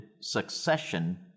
succession